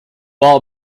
all